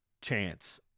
chance